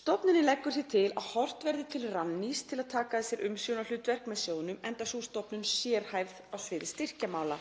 Stofnunin leggur því til að horft verði til Rannís til að taka að sér umsjónarhlutverk með sjóðnum, enda sú stofnun sérhæfð á sviði styrkjamála.“